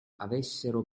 avessero